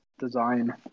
design